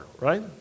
right